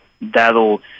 that'll